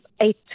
eight